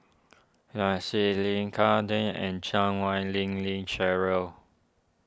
Nai Swee Leng car day and Chan Wei Ling Lee Cheryl